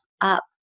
up